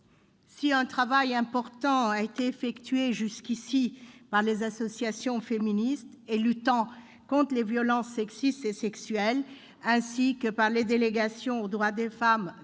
travail a été effectué jusqu'ici par les associations féministes et celles qui luttent contre les violences sexistes et sexuelles, ainsi que par les délégations aux droits des femmes des